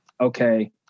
okay